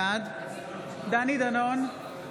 בעד דני דנון,